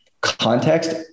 Context